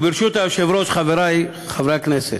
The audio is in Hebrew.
ברשות היושב-ראש, חברי חברי הכנסת,